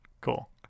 cool